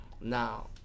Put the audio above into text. now